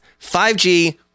5G